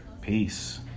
Peace